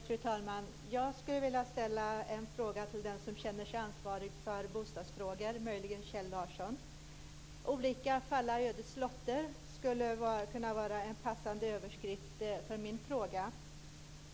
Fru talman! Jag skulle vilja ställa en fråga till den som känner sig ansvarig för bostadsfrågor, möjligen Olika falla ödets lotter skulle kunna vara en passande överskrift för min fråga.